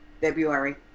February